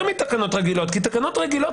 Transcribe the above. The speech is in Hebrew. זה יותר מתקנות רגילות,